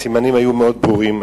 הסימנים היו מאוד ברורים,